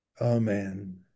Amen